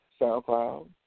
SoundCloud